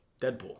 Deadpool